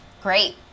great